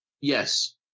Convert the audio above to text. Yes